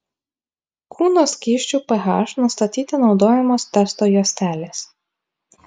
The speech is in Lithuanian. kūno skysčių ph nustatyti naudojamos testo juostelės